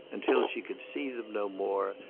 until she could see them no more,